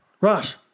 Right